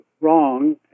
wrong